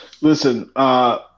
Listen